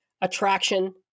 attraction